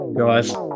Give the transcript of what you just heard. guys